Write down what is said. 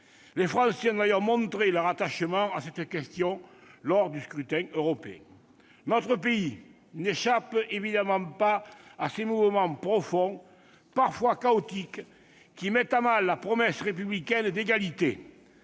les Français ont montré leur attachement lors du scrutin européen. Notre pays n'échappe évidemment pas à ces mouvements profonds, parfois chaotiques, qui mettent à mal la promesse républicaine d'égalité.